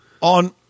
on